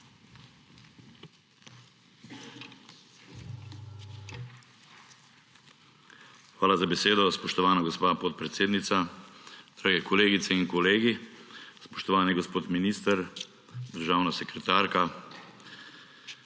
Hvala za besedo, spoštovana gospa podpredsednica. Drage kolegice in kolegi, spoštovani gospod minister, državna sekretarka!